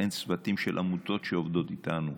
לכן צוותים של עמותות שעובדות איתנו,